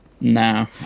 No